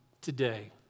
today